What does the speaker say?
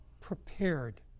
prepared